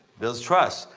builds trust.